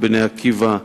"בני עקיבא"